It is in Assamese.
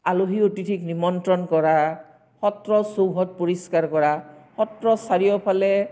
আলহী অতিথিক নিমন্ত্ৰণ কৰা সত্ৰ চৌহদ পৰিষ্কাৰ কৰা সত্ৰৰ চাৰিওফালে